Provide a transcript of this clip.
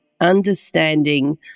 understanding